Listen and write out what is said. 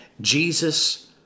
Jesus